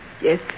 Yes